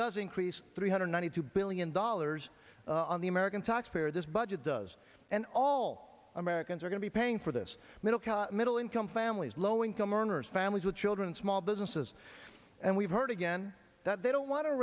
does increase three hundred ninety two billion dollars on the american taxpayer this budget does and all americans are going to be paying for this middle class middle income families low income earners families with children small businesses and we've heard again that they don't want to